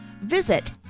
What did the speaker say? Visit